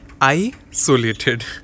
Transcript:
isolated